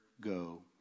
go